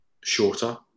shorter